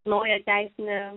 naują teisinį